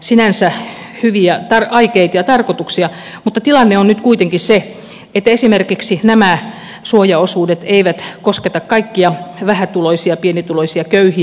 sinänsä hyviä aikeita ja tarkoituksia mutta tilanne on nyt kuitenkin se että esimerkiksi nämä suojaosuudet eivät kosketa kaikkia vähätuloisia pienituloisia köyhiä